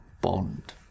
bond